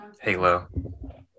Halo